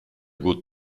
gut